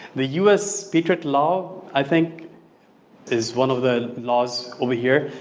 the us patriot law i think is one of the laws over here,